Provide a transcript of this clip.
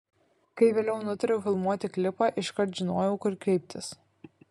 kai vėliau nutariau filmuoti klipą iškart žinojau kur kreiptis